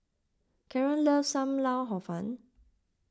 Kaaren loves Sam Lau Hor Fun